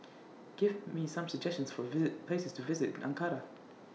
Give Me Some suggestions For visit Places to visit in Ankara